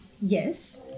Yes